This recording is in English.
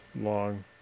long